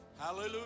Hallelujah